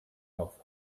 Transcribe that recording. health